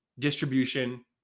distribution